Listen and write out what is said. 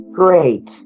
great